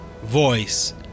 voice